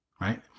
right